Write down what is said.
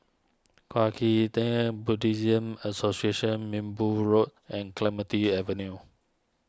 Kwa Kee Tng Buddhist Association Minbu Road and Clementi Avenue